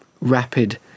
rapid